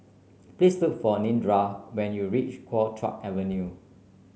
please look for Nedra when you reach Kuo Chuan Avenue